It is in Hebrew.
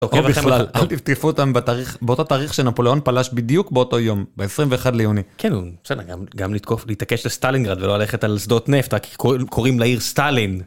או בכלל, אל תתקפו אותם באותו תאריך שנפוליאון פלש בדיוק באותו יום, ב-21 ליוני. כן, אנו, בסדר, גם לתקוף להתעקש לסטלינגרד ולא ללכת על שדות נפט, כי קוראים לעיר סטלין.